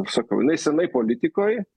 sakau jinai senai politikoj